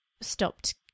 stopped